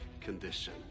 condition